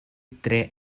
tre